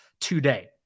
today